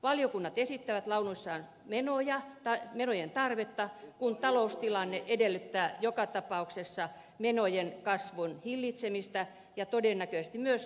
valiokunnat esittävät lausunnoissaan menojen tarvetta kun taloustilanne edellyttää joka tapauksessa menojen kasvun hillitsemistä ja todennäköisesti myös veronkorotuksia